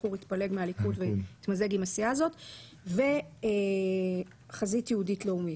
שכזכור התפלג מהליכוד והתמזג עם הסיעה הזאת; וחזית יהודית לאומית.